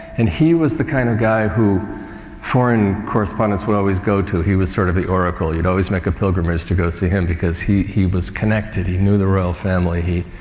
and he was the kind of guy who foreign correspondents would always go to. he was sort of the oracle. you'd always make a pilgrimage to go see him because he, he was connected. he knew the royal family. he,